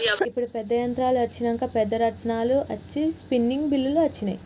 ఇప్పుడు పెద్ద యంత్రాలు అచ్చినంక పెద్ద రాట్నాలు అచ్చి స్పిన్నింగ్ మిల్లులు అచ్చినాయి